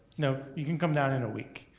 no, you can come down in a week.